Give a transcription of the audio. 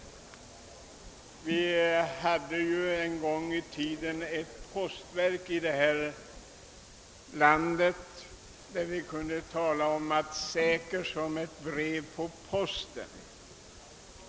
Vi hade en gång i tiden ett sådant postverk här i landet att vi kunde säga »säkert som ett brev på posten».